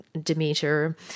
Demeter